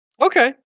Okay